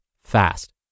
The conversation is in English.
fast